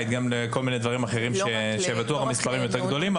ולכל מיני דברים אחרים כך שבטוח המספרים יותר גדולים.